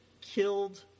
killed